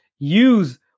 use